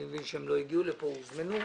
אני מבין שהם לא הגיעו לכאן למרות שהוזמנו.